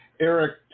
Eric